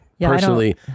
Personally